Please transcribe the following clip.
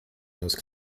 those